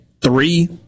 three